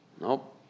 Nope